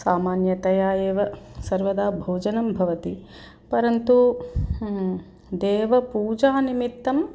सामान्यतया एव सर्वदा भोजनं भवति परन्तु देवपूजां निमित्तम्